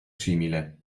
simile